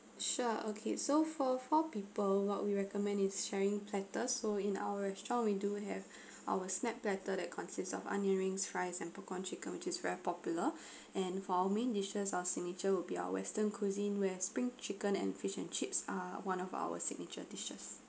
sure okay so for four people what we recommend is sharing platters so in our restaurant we do have our snapped platter that consists of onion rings fries and popcorn chicken which is very popular and our main dishes or signature will be our western cuisine where spring chicken and fish and chips are one of our signature dishes